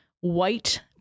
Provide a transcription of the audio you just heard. white